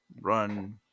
run